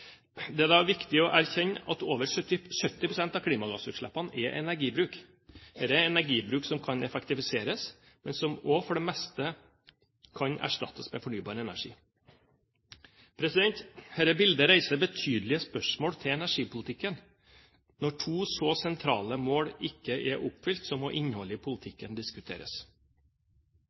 anledning. Det er viktig å erkjenne at over 70 pst. av klimagassutslippene er energibruk. Dette er energibruk som kan effektiviseres, men som også for det meste kan erstattes med fornybar energi. Dette bildet reiser betydelige spørsmål til energipolitikken. Når to så sentrale mål ikke er oppfylt, må innholdet i politikken